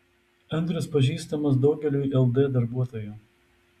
andrius pažįstamas daugeliui ld darbuotojų